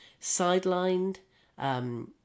sidelined